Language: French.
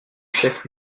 chef